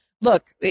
Look